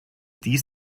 dies